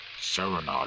Serenade